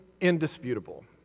indisputable